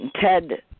Ted